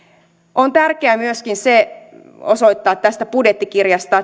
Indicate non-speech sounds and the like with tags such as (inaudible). on tärkeää osoittaa tästä budjettikirjasta (unintelligible)